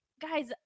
guys